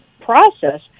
process